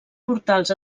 portals